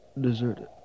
Deserted